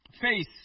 face